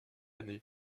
année